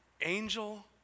Angel